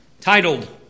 titled